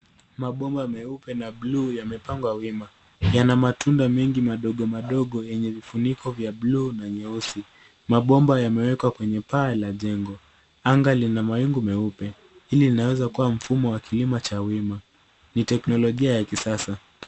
Mabomba meupe na bluu yamepangwa wima. Yana matundu mengi madogo madogo yenye vifuniko vya bluu na nyeusi. Mabomba yamewekwa kwenye Paa la jengo . Anga lina mawingu meupe. Hili linawezakua mfumo wa kilimo cha wima. Ni teknologia ya kisasa.